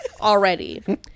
already